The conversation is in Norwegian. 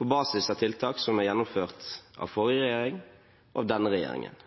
på basis av tiltak som er gjennomført av forrige regjering og denne regjeringen.